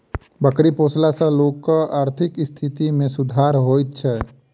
बकरी पोसला सॅ लोकक आर्थिक स्थिति मे सुधार होइत छै